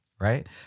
right